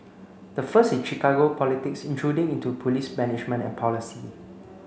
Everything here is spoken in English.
the first is Chicago politics intruding into police management and policy